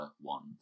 one